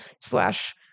slash